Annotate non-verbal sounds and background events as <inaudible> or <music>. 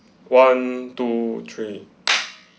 one two three <noise>